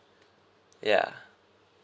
ya